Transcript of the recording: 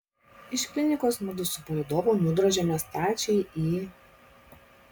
iš klinikos mudu su palydovu nudrožėme stačiai į